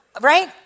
right